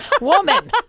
Woman